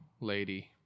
lady